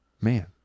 Man